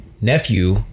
nephew